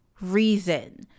reason